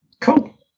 Cool